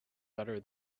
better